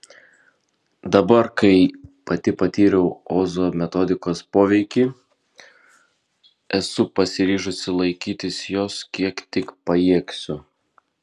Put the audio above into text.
dabar kai pati patyriau ozo metodikos poveikį esu pasiryžusi laikytis jos kiek tik pajėgsiu